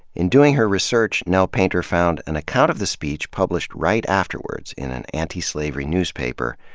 in doing her research, nell painter found an account of the speech, published right afterwards in an anti-slavery newspaper,